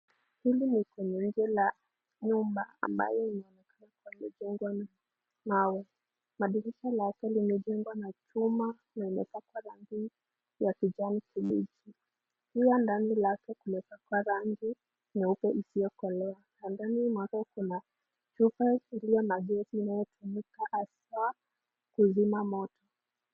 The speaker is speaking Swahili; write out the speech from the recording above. Hili ni jikoni la nyumba ambayo imejengwa na mawe. Madirisha yake yamejengwa na chuma na yamepakwa rangi ya kijani kibichi. Pia ndani lake kumepakwa rangi nyeupe isiyokolea ndani mwake kuna chupa iliyo na gesi na kifaa cha kuzima moto.